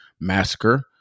massacre